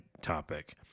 topic